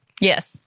Yes